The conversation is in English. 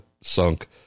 sunk